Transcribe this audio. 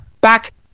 back